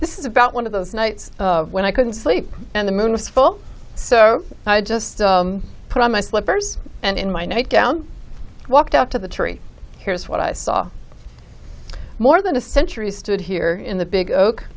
this is about one of those nights when i couldn't sleep and the moon was full so i just put on my slippers and in my night gown walked up to the tree here's what i saw more than a century stood here in the big oak